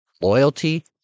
loyalty